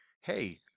Hey